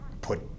put